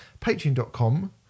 patreon.com